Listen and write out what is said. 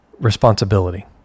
responsibility